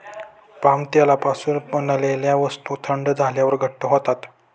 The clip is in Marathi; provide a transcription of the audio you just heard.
पाम तेलापासून बनवलेल्या वस्तू थंड झाल्यावर घट्ट होतात